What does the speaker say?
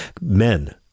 Men